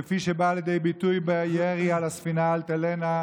כפי שבאה לידי ביטוי בירי על הספינה אלטלנה,